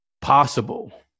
possible